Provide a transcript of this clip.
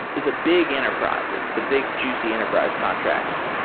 the big enterprises, the big, juicy enterprise contracts,